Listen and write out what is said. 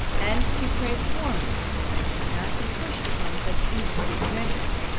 and to pray for me, that i may not be pushed upon such indiscreet measures,